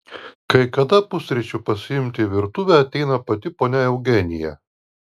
kai kada pusryčių pasiimti į virtuvę ateina pati ponia eugenija